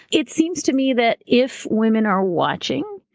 it seems to me that if women are watching,